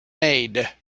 made